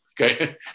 Okay